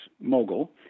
mogul